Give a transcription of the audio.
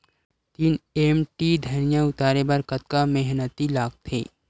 तीन एम.टी धनिया उतारे बर कतका मेहनती लागथे?